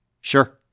Sure